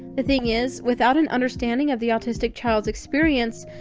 the thing is, without an understanding of the autistic child's experience,